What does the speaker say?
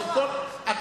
מה הוא אמר?